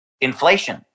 inflation